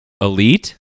elite